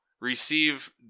receive